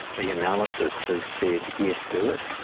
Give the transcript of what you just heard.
the analysis has said yes, do it.